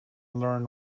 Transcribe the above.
learn